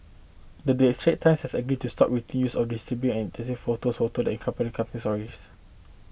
the day Straits Times has agreed to stop the routine use of disturbing and insensitive posed photos that accompany crime stories